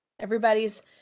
Everybody's